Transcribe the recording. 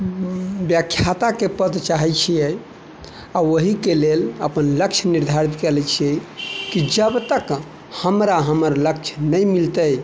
व्याख्याता के पद चाहै छियै आ ओहि के लेल अपन लक्ष्य निर्धारित कयले छियै कि जबतक हमरा हमर लक्ष्य नहि मिलतै